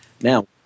Now